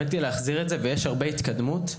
יש הרבה התקדמות.